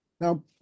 Now